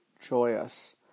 joyous